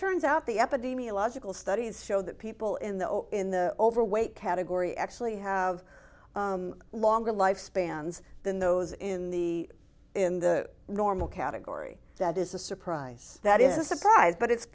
turns out the epidemiological studies show that people in the in the overweight category actually have longer lifespans than those in the in the normal category that is a surprise that is a surprise but